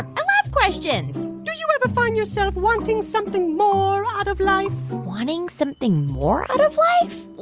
i love questions do you ever find yourself wanting something more out of life? wanting something more out of life?